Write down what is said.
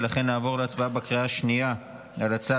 ולכן נעבור להצבעה בקריאה השנייה על הצעת